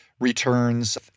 returns